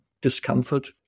discomfort